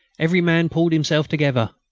every man pulled himself together.